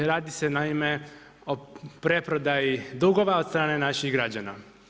Radi se naime o preprodaji dugova od strane naših građana.